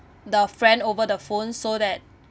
the friend over the phone so that